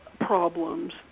problems